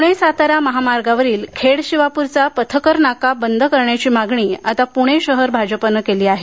प्णे सातारा महामार्गावरील खेड शिवाप्ररचा पथकर नाका बंद करण्याची मागणी आता पुणे शहर भाजपने केली आहे